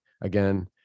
again